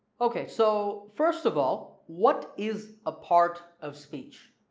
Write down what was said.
ok so first of all what is a part of speech?